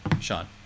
Sean